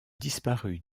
disparu